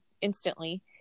instantly